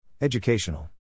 Educational